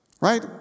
Right